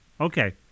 okay